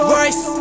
Voice